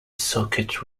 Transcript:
circuit